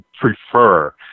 prefer